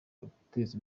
guteza